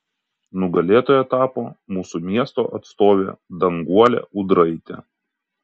nugalėtoja tapo mūsų miesto atstovė danguolė ūdraitė